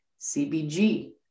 CBG